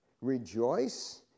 rejoice